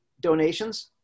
donations